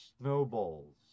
snowballs